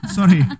Sorry